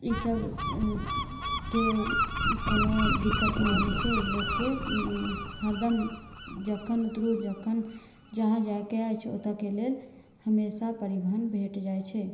ई सब के कोनो दिक्कत नहि होइत छै लोककेँ हरदम जखन उतरू जखन जहाँ जायके अछि ओतऽके लेल हमेशा परिवहन भेट जाइत छै